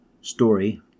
story